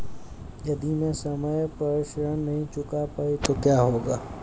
यदि मैं समय पर ऋण नहीं चुका पाई तो क्या होगा?